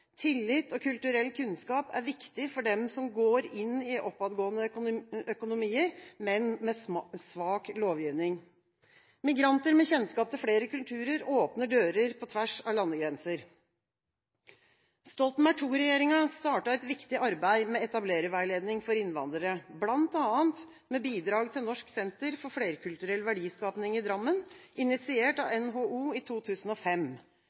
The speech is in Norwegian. Tillit og kulturell kunnskap er viktig for dem som går inn i oppadgående økonomier med svak lovgivning. Migranter med kjennskap til flere kulturer åpner dører på tvers av landegrenser. Stoltenberg II-regjeringa startet et viktig arbeid med etablererveiledning for innvandrere, bl.a. med bidrag til Norsk senter for flerkulturell verdiskaping i Drammen, initiert av NHO i 2005.